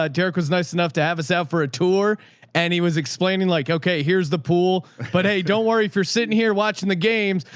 ah derek was nice enough to have us out for a tour and he was explaining like, okay, here's the pool, but hey, don't worry for sitting here watching the games,